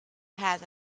has